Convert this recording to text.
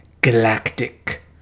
galactic